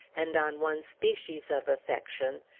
and on one species of affection,